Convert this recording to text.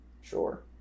Sure